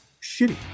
shitty